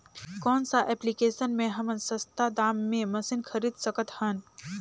कौन सा एप्लिकेशन मे हमन सस्ता दाम मे मशीन खरीद सकत हन?